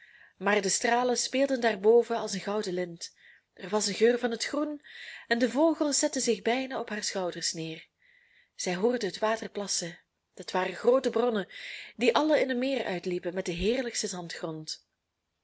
maar de stralen speelden daarboven als een gouden lint er was een geur van het groen en de vogels zetten zich bijna op haar schouders neer zij hoorde water plassen dat waren groote bronnen die alle in een meer uitliepen met den heerlijksten zandgrond